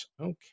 Okay